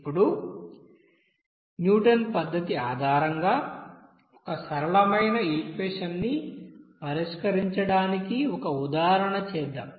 ఇప్పుడున్యూటన్ పద్ధతిఆధారంగాఒక సరళమైన ఈక్వెషన్ ని పరిష్కరించడానికి ఒక ఉదాహరణ చేద్దాం